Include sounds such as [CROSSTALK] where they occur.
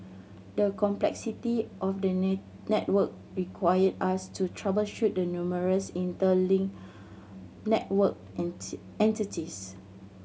the complexity of the net network required us to troubleshoot the numerous interlinked network [UNINTELLIGIBLE] entities